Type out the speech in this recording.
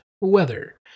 weather